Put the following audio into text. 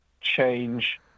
change